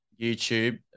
youtube